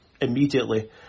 immediately